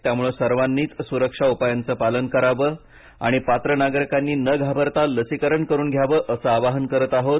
त्यामुळे सर्वांनीच सुरक्षा उपायांचं पालन करावं आणि पात्र नागरिकांनी न घाबरता लसीकरण करून घ्यावं असं आवाहन करत आहोत